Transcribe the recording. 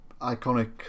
iconic